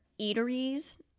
eateries